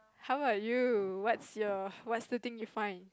how are you what's your what's the thing you find